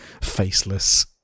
faceless